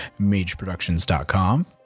MageProductions.com